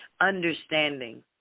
Understanding